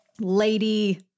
lady